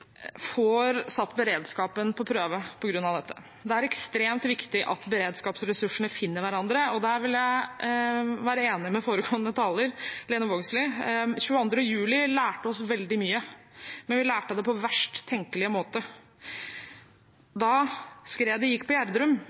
får satt beredskapen på prøve på grunn av dette. Det er ekstremt viktig at beredskapsressursene finner hverandre, og der vil jeg være enig med foregående taler, Lene Vågslid. 22. juli lærte oss veldig mye, men vi lærte det på verst tenkelige måte. Da skredet gikk i Gjerdrum